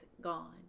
gone